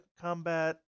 combat